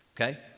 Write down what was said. Okay